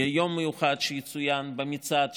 יהיה יום מיוחד שיצוין במצעד,